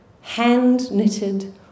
hand-knitted